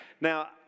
Now